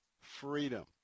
freedom